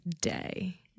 day